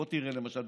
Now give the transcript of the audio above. בוא תראה למשל דוגמה: